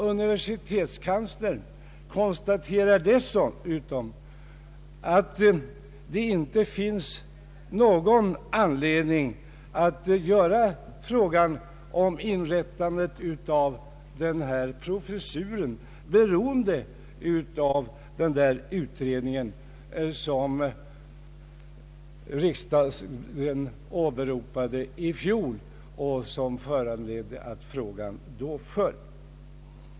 Universitetskanslern konstaterar dessutom att det inte finns någon anledning att göra frågan om inrättande av denna professur beroende av den utredning som riksdagen åberopade i fjol och som föranledde att frågan då föll.